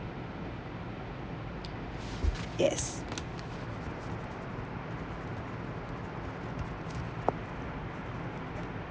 yes